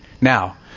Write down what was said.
Now